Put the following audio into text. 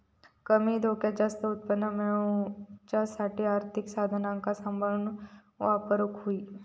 कमी धोक्यात जास्त उत्पन्न मेळवच्यासाठी आर्थिक साधनांका सांभाळून वापरूक होई